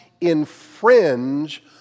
infringe